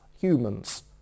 humans